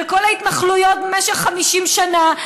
על כל ההתנחלויות במשך 50 שנה,